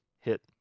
hit